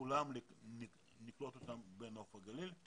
ייקלטו בנוף הגליל.